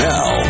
Now